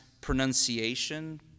pronunciation